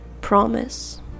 promise